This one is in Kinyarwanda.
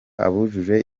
abujuje